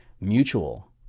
Mutual